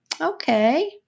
okay